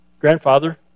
grandfather